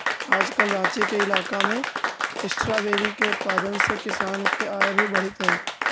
आजकल राँची के इलाका में स्ट्राबेरी के उत्पादन से किसान के आय भी बढ़ित हइ